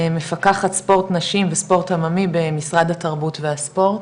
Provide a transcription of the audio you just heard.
מפקחת ספורט נשים וספורט עממי במשרד התרבות והספורט.